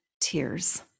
tears